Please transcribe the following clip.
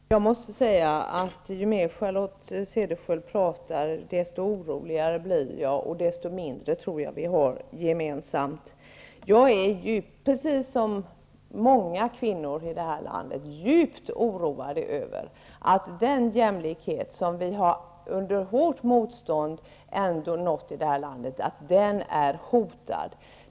Herr talman! Jag måste säga att ju mer Charlotte Cederschiöld pratar desto oroligare blir jag och desto mindre tror jag att vi har gemensamt. Precis som många kvinnor här i landet är jag djupt oroad över att den jämlikhet som vi under hårt motstånd ändå har uppnått här i landet är hotad.